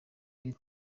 iri